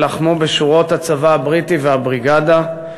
שלחמו בשורות הצבא הבריטי והבריגדה,